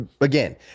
Again